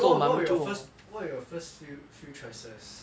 what what were your first what were your first few few choices